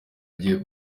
agiye